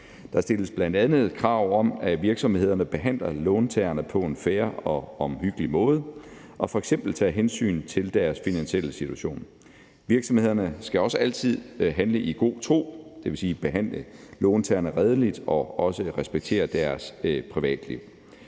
Der stilles bl.a. krav om, at virksomhederne behandler låntagerne på en fair og omhyggelig måde og f.eks. tager hensyn til deres finansielle situation. Virksomhederne skal også altid handle i god tro, det vil sige behandle låntagerne redeligt og også respektere deres privatliv.